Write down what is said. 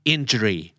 Injury